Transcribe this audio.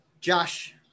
Josh